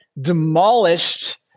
demolished